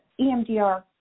EMDR